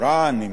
נימקה,